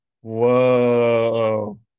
Whoa